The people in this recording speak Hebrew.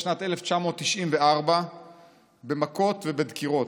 בשנת 1994 במכות ובדקירות.